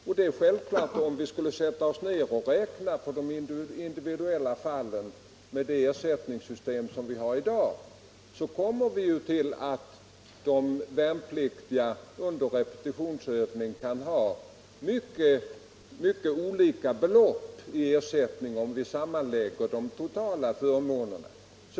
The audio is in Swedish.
Om vi skulle räkna på de individuella fallen med det ersättningssystem vi i dag har, kommer vi till att de värnpliktiga under repetitionsövningar kan få mycket olika belopp i ersättning, om vi sammanlägger de totala förmånerna.